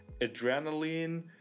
adrenaline